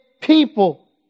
people